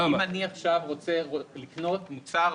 אם אני עכשיו רוצה לקנות מוצר,